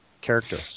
character